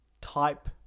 type